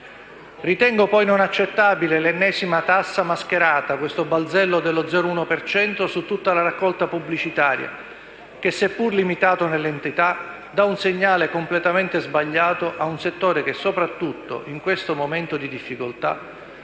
Ritengo poi non accettabile l'ennesima tassa mascherata, il balzello dello 0,1 per cento su tutta la raccolta pubblicitaria che, se pur limitato nell'entità, dà un segnale completamente sbagliato un settore che, soprattutto in questo momento di difficoltà,